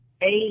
eight